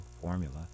formula